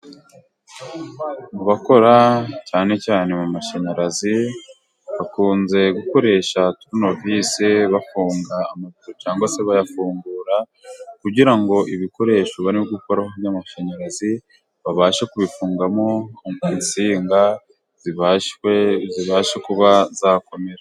Mu bakora cyane cyane mu mashanyarazi bakunze gukoresha turunovise bafunga amaburo cyangwa se bayafungura, kugira ibikoresho bari gukora by'amashanyarazi babashe kubifungamo insinga zibashe kuba zakomera.